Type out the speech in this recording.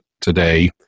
today